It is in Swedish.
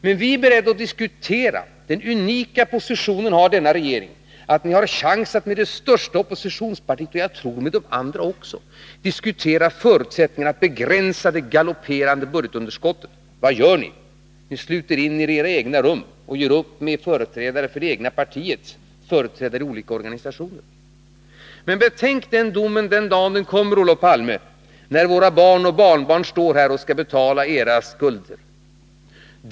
Den nuvarande regeringen befinner sig i den unika positionen att den har chansen att med det största oppositionspartiet — och jag tror med de övriga också — diskutera förutsättningarna att begränsa det galopperande budgetunderskottet. Men vad gör ni? Jo, ni sluter er inne i era egna rum och gör upp med företrädare för det egna partiet och för olika organisationer. Betänk domen den dag den kommer, Olof Palme, när våra barn och barnbarn står här och skall betala era skulder.